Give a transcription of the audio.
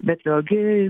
bet vėlgi